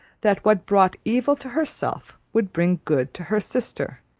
that what brought evil to herself would bring good to her sister